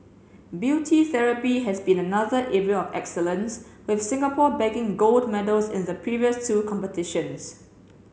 beauty therapy has been another area of excellence with Singapore bagging gold medals in the previous two competitions